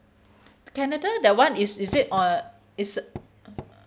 canada that one is is it on is